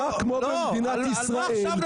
לא על מה עכשיו,